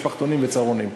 משפחתונים וצהרונים,